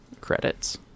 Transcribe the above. credits